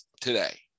today